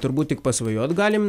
turbūt tik pasvajot galim